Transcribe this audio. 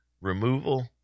removal